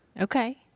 Okay